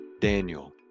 daniel